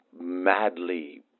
madly